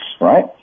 right